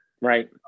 Right